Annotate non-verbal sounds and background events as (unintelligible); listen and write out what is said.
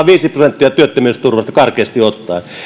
(unintelligible) viisi prosenttia työttömyysturvasta karkeasti ottaen